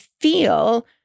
feel